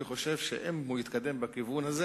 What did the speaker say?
אני חושב שאם הוא יתקדם בכיוון הזה,